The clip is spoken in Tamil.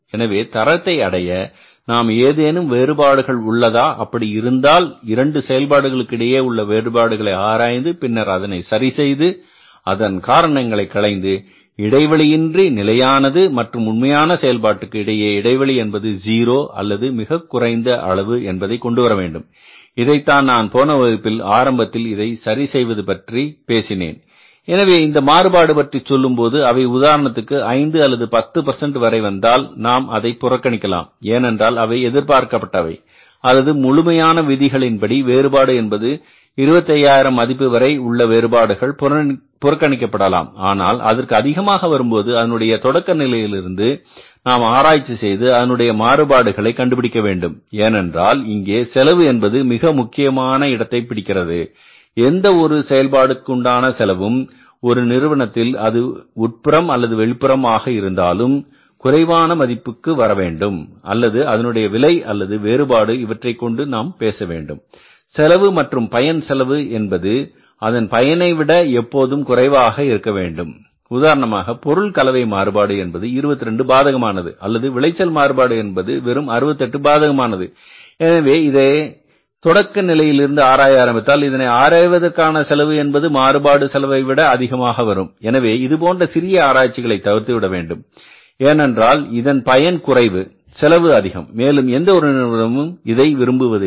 எனவே தரத்தை அடைய நாம் ஏதேனும் வேறுபாடுகள் உள்ளதா அப்படி இருந்தால் இரண்டு செயல்பாடுகளுக்கு இடையே உள்ள வேறுபாடுகளை ஆராய்ந்து பின்னர் அதனை சரிசெய்து அதன் காரணங்களை களைந்து இடைவெளி இன்றி நிலையானது மற்றும் உண்மையான செயல்பாட்டுக்கு இடையே இடைவெளி என்பது 0 அல்லது மிகக் குறைந்த அளவு என்பதை கொண்டு வர வேண்டும் இதைத்தான் நான் போன வகுப்பில் ஆரம்பநிலையில் இதை சரி செய்வது பற்றி பேசினேன் எனவே இந்த மாறுபாடு பற்றி சொல்லும்போது அவை உதாரணத்திற்கு 5 அல்லது 10 வரை வந்தால் நாம் அதை புறக்கணிக்கலாம் ஏனென்றால் அவை எதிர்பார்க்கப்பட்ட வை அல்லது முழுமையான விதிகளின்படி வேறுபாடு என்பது 25000 மதிப்பு வரை உள்ள வேறுபாடுகள் புறக்கணிக்க படலாம் ஆனால் அதற்கு அதிகமாக வரும்போது அதனுடைய தொடக்க நிலையிலிருந்து நாம் ஆராய்ச்சி செய்து அதனுடைய மாறுபாடுகளை கண்டுபிடிக்க வேண்டும் ஏனென்றால் இங்கே செலவு என்பது முக்கிய இடத்தை பிடிக்கிறது எந்த ஒரு செயல்பாடு உண்டான செலவும் ஒரு நிறுவனத்தில் அது உட்புறம் அல்லது வெளிப்புறம் ஆக இருந்தாலும் குறைவான மதிப்புக்கு வரவேண்டும் அல்லது அதனுடைய விலை அல்லது வேறுபாடு இவற்றைக்கொண்டு நாம் பேச வேண்டும் செலவு மற்றும் பயன் செலவு என்பது அதன் பயனை விட எப்போதும் குறைவாக இருக்க வேண்டும் உதாரணமாக பொருள் கலவை மாறுபாடு என்பது 22 பாதகமானது அல்லது விளைச்சல் மாறுபாடு வெறும் 68 பாதகமானது எனவே இதனை தொடக்க நிலையில் இருந்து ஆராய ஆரம்பித்தால் இதனை ஆராய்வதற்கான செலவு என்பது மாறுபாடு செலவைவிட அதிகமாக வரும் எனவே இதுபோன்ற சிறிய ஆராய்ச்சிகளை தவிர்த்துவிட வேண்டும் ஏனென்றால் இதன் பயன் குறைவு செலவு அதிகம் மேலும் எந்த ஒரு நிறுவனமும் இதை விரும்புவதில்லை